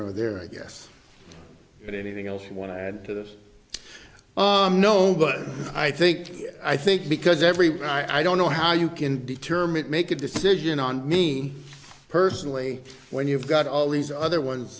nor there i guess and anything else you want to add to this no but i think i think because everyone i don't know how you can determine make a decision on me personally when you've got all these other ones